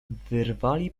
wyrwali